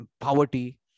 poverty